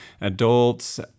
adults